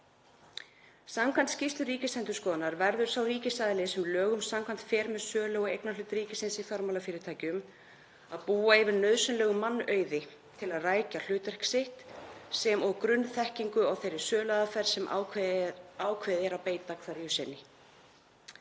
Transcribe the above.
Samkvæmt skýrslu Ríkisendurskoðunar verður sá ríkisaðili sem lögum samkvæmt fer með sölu á eignarhlut ríkisins í fjármálafyrirtækjum að búa yfir nauðsynlegum mannauði til að rækja hlutverk sitt sem og grunnþekkingu á þeirri söluaðferð sem ákveðið er að beita hverju sinni.